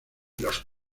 los